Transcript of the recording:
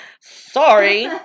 Sorry